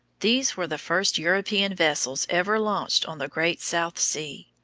these were the first european vessels ever launched on the great south sea.